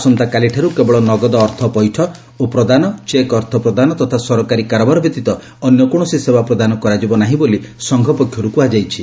ଆସନ୍ତାକାଲିଠାରୁ କେବଳ ନଗଦ ଅର୍ଥ ପୈଠ ଓ ପ୍ରଦାନ ଚେକ୍ ଅର୍ଥ ପ୍ରଦାନ ତଥା ସରକାରୀ କାରବାର ବ୍ୟତୀତ ଅନ୍ୟ କୌଣସି ସେବା ପ୍ରଦାନ କରାଯିବ ନାହିଁ ବୋଲି ସଂଘ ପକ୍ଷର୍ କ୍ରହାଯାଇଛି